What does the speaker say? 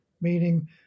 meaning